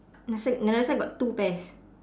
another side another side got two pairs